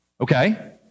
Okay